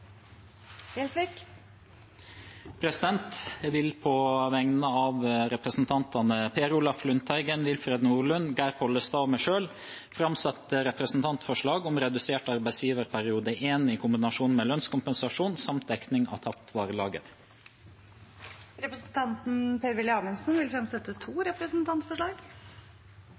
Jeg vil på vegne av representantene Per Olaf Lundteigen, Willfred Nordlund, Geir Pollestad og meg selv framsette representantforslag om redusert arbeidsgiverperiode I i kombinasjon med lønnskompensasjon samt dekning av tapt varelager. Representanten Per-Willy Amundsen vil fremsette to representantforslag.